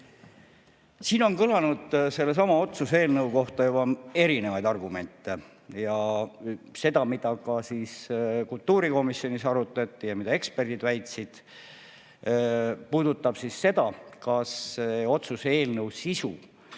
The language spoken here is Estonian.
Siin on kõlanud sellesama otsuse eelnõu kohta juba erinevaid argumente ja ka seda, mida kultuurikomisjonis arutati ja mida eksperdid väitsid. See puudutab [just] seda, kas otsuse eelnõu sisu